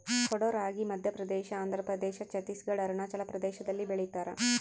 ಕೊಡೋ ರಾಗಿ ಮಧ್ಯಪ್ರದೇಶ ಆಂಧ್ರಪ್ರದೇಶ ಛತ್ತೀಸ್ ಘಡ್ ಅರುಣಾಚಲ ಪ್ರದೇಶದಲ್ಲಿ ಬೆಳಿತಾರ